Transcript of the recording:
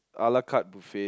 ala-carte buffet